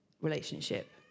relationship